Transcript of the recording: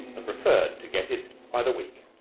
and preferred to get it by the week.